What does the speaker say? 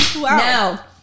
Now